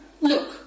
Look